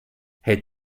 hält